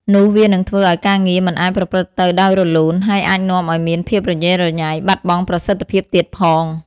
នោះវានឹងធ្វើឲ្យការងារមិនអាចប្រព្រឹត្តទៅដោយរលូន ហើយអាចនាំឲ្យមានភាពរញ៉េរញ៉ៃ បាត់បង់ប្រសិទ្ធភាពទៀតផង។